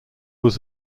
was